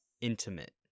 intimate